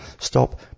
Stop